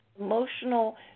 emotional